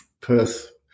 Perth